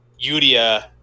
Yuria